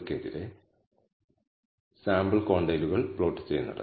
F test എന്ന് വിളിക്കുന്നത് ഉപയോഗിച്ച് നമ്മൾ കടന്നുപോകും